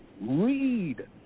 Read